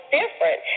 different